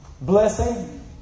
Blessing